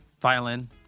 Violin